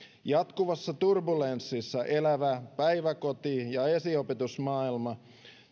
jatkuvassa turbulenssissa elävä päiväkoti ja esiopetusmaailma